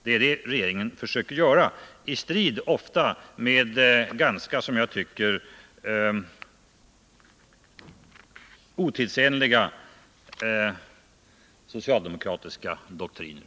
Det är det som regeringen försöker göra, ofta i strid med, som jag tycker, ganska otidsenliga socialdemokratiska doktriner.